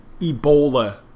ebola